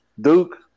Duke